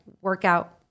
workout